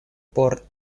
por